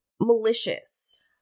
malicious